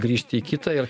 grįžti į kitą ir